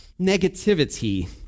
negativity